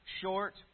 short